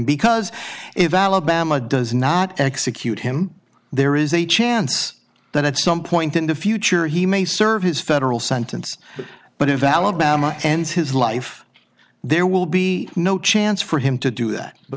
because if alabama does not execute him there is a chance that at some point in the future he may serve his federal sentence but invalid and his life there will be no chance for him to do that but